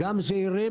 אלא גם על זעירים,